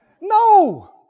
No